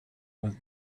was